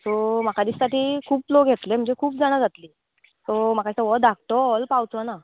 so म्हाका दिसता तीं खूब लोग येत्ले म्हणजे खूब जाणां जात्लीं सो म्हाका दिसता हो धाकटो हॉल पावचो ना